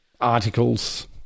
articles